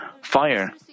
fire